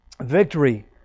victory